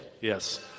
Yes